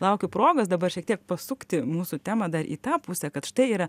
laukiu progos dabar šiek tiek pasukti mūsų temą dar į tą pusę kad štai yra